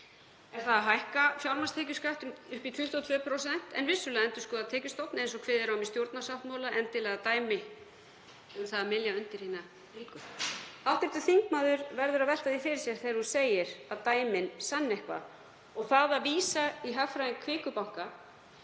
Er það að hækka fjármagnstekjuskattinn upp í 22%, en vissulega endurskoða tekjustofn eins og kveðið er á um í stjórnarsáttmála, endilega dæmi um það að mylja undir hina ríku? Hv. þingmaður verður að velta því fyrir sér þegar hún segir að dæmin sanni eitthvað og það að vísa í hagfræðing Kviku banka,